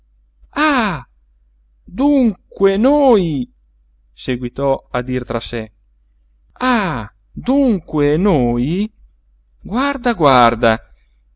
dunque noi seguitò a dir tra sé ah dunque noi guarda guarda